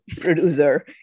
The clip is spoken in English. producer